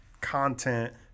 content